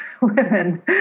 women